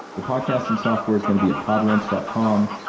the podcasting software is going to be at podwrench dot com.